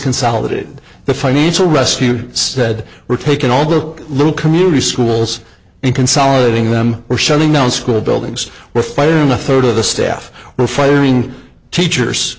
consolidated the financial rescue said we're taking all the little community schools and consolidating them are shutting down school buildings were firing a third of the staff were firing teachers